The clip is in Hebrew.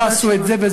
לא עשו את זה.